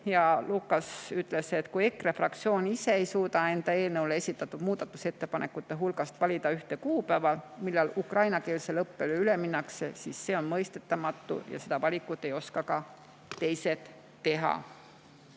Lukas ütles, et kui EKRE fraktsioon ise ei suuda enda eelnõu kohta esitatud muudatusettepanekute hulgast valida välja ühte [ja otsustada], millal ukrainakeelsele õppele üle minnakse, siis see on mõistetamatu ja seda valikut ei oska ka teised teha.